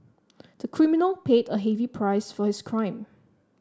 the criminal paid a heavy price for his crime